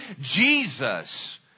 Jesus